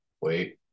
Wait